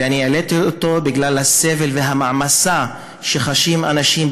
ואני העליתי אותו בגלל הסבל והמעמסה שחשים אנשים,